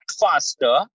faster